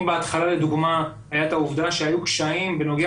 אם בהתחלה לדוגמה היה את העובדה שהיו קשיים בנוגע